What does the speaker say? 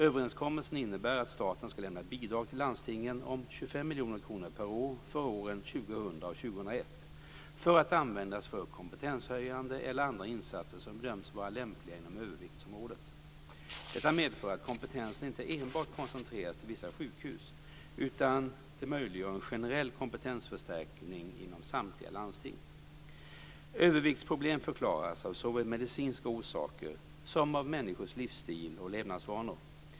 Överenskommelsen innebär att staten ska lämna bidrag till landstingen om 25 miljoner kronor per år för åren 2000 och 2001 att användas för kompetenshöjande eller andra insatser som bedöms vara lämpliga inom överviktsområdet. Detta medför att kompetensen inte enbart koncentreras till vissa sjukhus, utan det möjliggör en generell kompetensförstärkning inom samtliga landsting. Överviktsproblem förklaras av såväl medicinska orsaker som av människors livsstil och levnadsvanor.